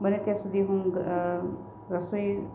બને ત્યાં સુધી હું રસોઈ